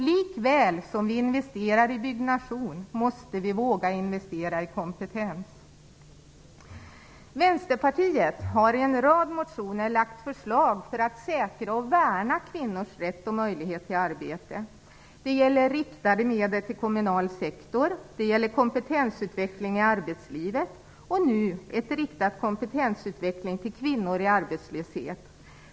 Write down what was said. Likaväl som vi investerar i byggnation måste vi våga investera i kompetens. Vänsterpartiet har i en rad motioner lagt fram förslag för att säkra och värna kvinnors rätt och möjlighet till arbete. Det gäller riktade medel till kommunal sektor. Det gäller kompetensutveckling i arbetslivet, och nu en riktad kompetensutveckling till kvinnor som är arbetslösa.